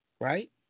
right